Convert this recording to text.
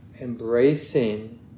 embracing